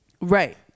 Right